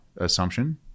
assumption